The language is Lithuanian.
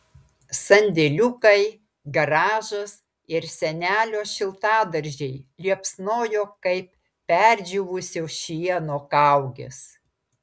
sandėliukai garažas ir senelio šiltadaržiai liepsnojo kaip perdžiūvusio šieno kaugės